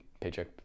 Paycheck